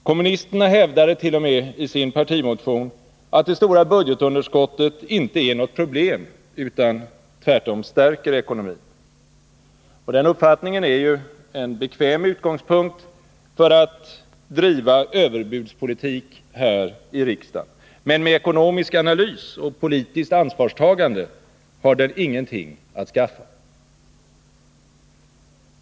Kommunisterna hävdade t.o.m. i sin partimotion att det stora budgetunderskottet inte är något problem utan tvärtom stärker ekonomin. Den uppfattningen är ju en bekväm utgångspunkt för att driva överbudspolitik här i riksdagen, men med ekonomisk analys och politiskt ansvarstagande har den ingenting att skaffa.